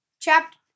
chapter